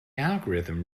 algorithm